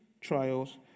trials